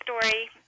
story